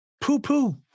poo-poo